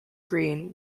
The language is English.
green